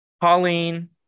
Pauline